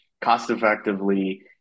cost-effectively